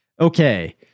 Okay